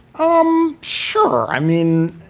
um sure. i mean,